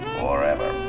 forever